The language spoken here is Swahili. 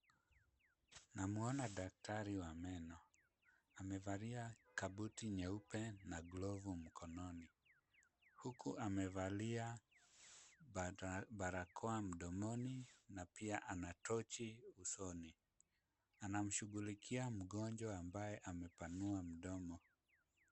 Namwona daktari wa meno, amevalia kabuti nyeupe na glovu mkononi, huku amevalia barakoa mdomoni na pia ana tochi usoni. Anamshughulikia mgonjwa ambaye amepanua mdomo.